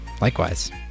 Likewise